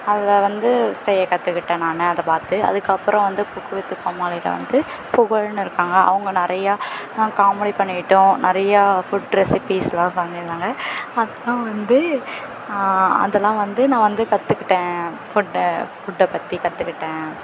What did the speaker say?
அதில் வந்து செய்ய கற்றுக்கிட்டேன் நான் அதை பார்த்து அதுக்கப்புறம் வந்து குக்கு வித்து கோமாலியில் வந்து புகழ்னு இருக்காங்க அவங்க நிறையா காமெடி பண்ணிக்கிட்டும் நிறையா ஃபுட் ரெஸிப்பீஸ்லாம் பண்ணிருக்காங்க அப்புறம் வந்து அதுலாம் வந்து நான் வந்து கற்றுக்கிட்டேன் ஃபுட்டை ஃபுட்டை பற்றி கற்றுக்கிட்டேன்